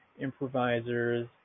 improvisers